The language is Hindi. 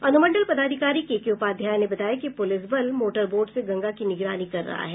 अनुमंडल पदाधिकारी केके उपाध्याय ने बताया कि पुलिस बल मोटरबोट से गंगा की निगरानी कर रहा है